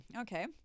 Okay